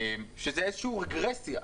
שזו איזושהי רגרסיה.